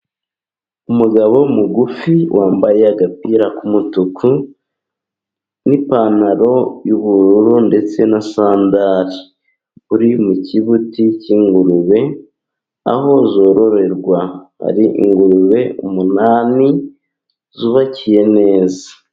Umugabo mugufi wambaye agapira k'umutuku n'ipantaro y'ubururu ndetse na sandali, uri mu kibuti cy'ingurube aho zororerwa. Hari ingurube umunani zubakiye neza.